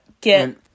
get